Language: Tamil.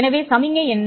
எனவே சமிக்ஞை என்ன